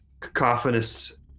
cacophonous